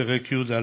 לפרק י"א,